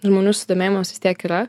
žmonių susidomėjimas vis tiek yra